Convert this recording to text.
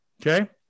Okay